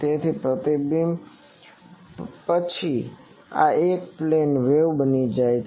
તેથી આના પ્રતિબિંબ પછી આ એક પ્લેન વેવ બની જાય છે